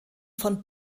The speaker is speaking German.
von